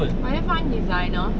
will you find designer